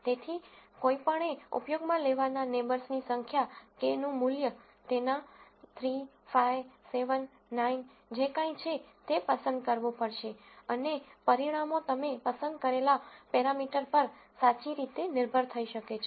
તેથી કોઈપણએ ઉપયોગમાં લેવાના નેબર્સની સંખ્યા k નું મૂલ્ય તેના 3 5 7 9 જે કાંઈ છે તે પસંદ કરવું પડશે અને પરિણામો તમે પસંદ કરેલા પેરામીટર પર સાચી રીતે નિર્ભર થઈ શકે છે